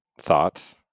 thoughts